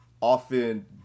often